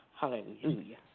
Hallelujah